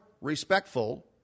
respectful